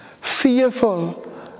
Fearful